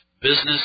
business